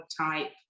type